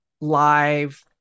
live